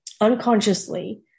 unconsciously